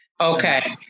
Okay